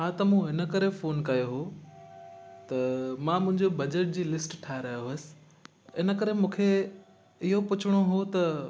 हा त मूं इनकरे फ़ोन कयो हुओ त मां मुंहिंजो बजेट जी लिस्ट ठाहे रहियो हुअसि इनकरे मूंखे इहो पुछिणो हुओ त